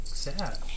sad